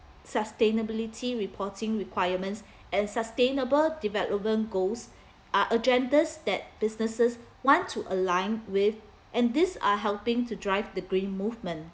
sustainability reporting requirements and sustainable development goals are agenda that businesses want to align with and these are helping to drive the green movement